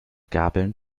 gabeln